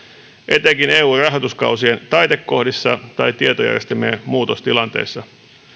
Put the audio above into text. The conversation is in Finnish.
etenkin eu rahoituskausien taitekohdissa tai tietojärjestelmien muutostilanteissa